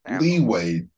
leeway